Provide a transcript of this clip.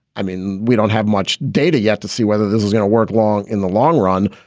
i mean, we don't have much data yet to see whether this is going to work long in the long run.